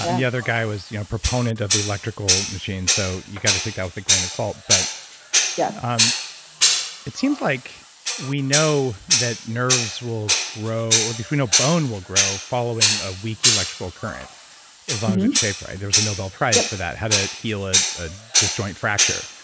the other guy was proponent of the electrical machine. so you got to take that with a grain of salt. but yeah um it seems like we know that nerves will grow or at least we know bone will grow following a weak electrical current as long as it's shaped right. there was a nobel prize for that how to heal a disjoint fracture.